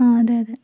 ആ അതേ അതേ